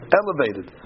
elevated